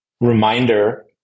reminder